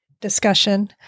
discussion